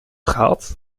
gehaald